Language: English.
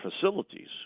facilities